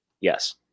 Yes